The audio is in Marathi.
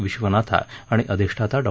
विश्वनाथा आणि अधिष्ठाता डॉ